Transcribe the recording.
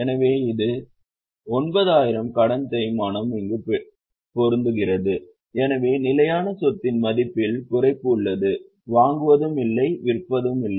எனவே இது 9000 உடன் தேய்மானம் இங்கு பொருந்துகிறது எனவே நிலையான சொத்தின் மதிப்பில் குறைப்பு உள்ளது வாங்குவதும் இல்லை விற்பனையும் இல்லை